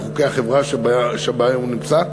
לחוקי החברה שבה הוא נמצא,